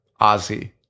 Ozzy